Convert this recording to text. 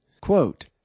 Quote